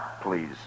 please